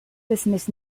business